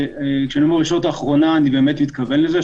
כשאני אומר: הישורת האחרונה אני באמת מתכוון לזה.